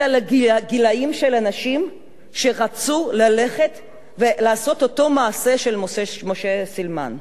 אלא לגילים של האנשים שרצו ללכת ולעשות אותו מעשה של משה סילמן: